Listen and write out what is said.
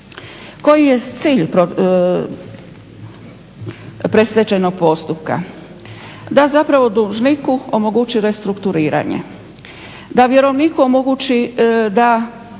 Koji je cilj predstečajnog postupka? Da zapravo dužniku omogući restrukturiranje, da vjerovniku omogući da